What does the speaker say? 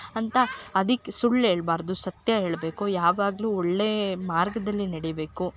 ಅಂತ ಅದಕ್ ಸುಳ್ಳು ಹೇಳ್ಬಾರ್ದು ಸತ್ಯ ಹೇಳಬೇಕು ಯಾವಾಗಲು ಒಳ್ಳೇ ಮಾರ್ಗದಲ್ಲಿ ನಡಿಬೇಕು